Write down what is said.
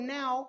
now